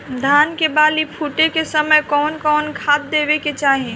धान के बाली फुटे के समय कउन कउन खाद देवे के चाही?